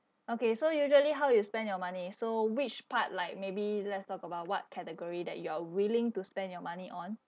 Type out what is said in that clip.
okay so usually how you spend your money so which part like maybe let's talk about what category that you are willing to spend your money on